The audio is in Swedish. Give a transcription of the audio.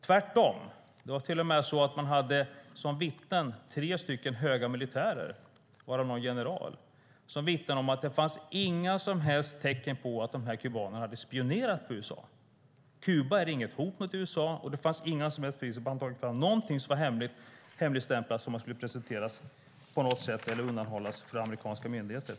Tvärtom vittnade tre höga militärer, varav en general, om att det inte fanns några som helst tecken på att dessa kubaner hade spionerat på USA. Kuba var inget hot mot USA, och det fanns inga som helst bevis på att de tagit fram något som var hemligstämplat som skulle presenteras på något sätt eller undanhållas för amerikanska myndigheter.